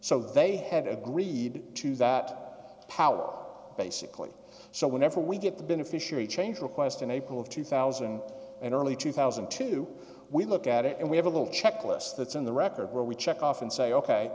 so they had agreed to that power basically so whenever we get the beneficiary change request in april of two thousand and early two thousand and two we look at it and we have a little checklist that's in the record where we check off and say ok